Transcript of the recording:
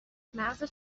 مغزت